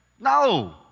no